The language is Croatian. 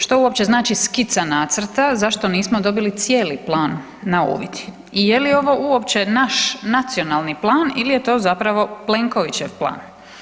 Što uopće znači skica nacrta, zašto nismo dobili cijeli plan na uvid i je li ovo uopće naš nacionalni plan ili je to zapravo Plenkovićev plan?